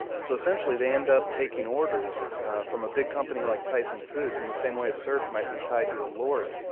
so essentially they end up taking orders from a big company like tyson foods in the same way a serf might be tied to a lord